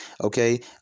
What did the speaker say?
okay